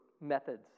methods